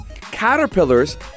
caterpillars